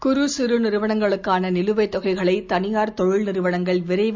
குறு சிறு நிறுவனங்களுக்கான நிலுவைத் தொகைகளை தனியார் தொழில் நிறுவனங்கள் விரைவில்